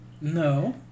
No